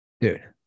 Dude